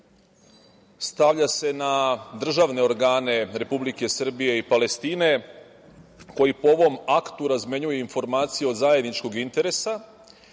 stavlja se na državne organe Republike Srbije i Palestine, koji po ovom aktu razmenjuju informaciju od zajedničkog interesa,